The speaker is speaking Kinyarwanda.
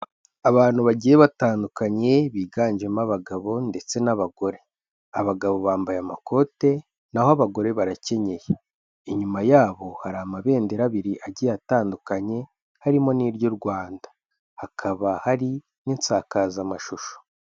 Abantu bagiye batandukanye biganjemo abagabo ndetse n'abagore. Abagabo bambaye amakote naho abagore barakenyeye. Inyuma yabo hari amabendera abiri agiye atandukanye harimo n'iry'u Rwanda. Hakaba hari n'insakazamashusho.